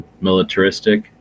militaristic